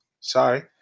sorry